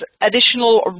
additional